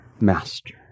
Master